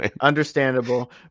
Understandable